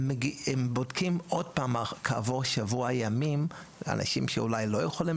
כשבודקים עוד פעם כעבור שבוע ימים - אנשים שאולי לא יכולים